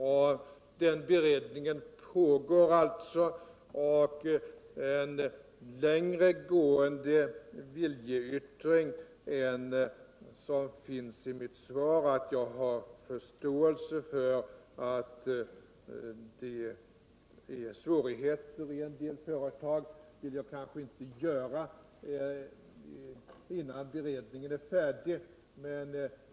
Denna beredning pågår således. och en längre gående viljevttring än den som finns i mitt svar, där jag säger att jag har förståelse för de svårigheter som föreligger inom en del företag, vill jag inte gärna göra förrän beredningen är färdig.